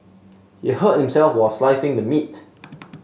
he hurt himself while slicing the meat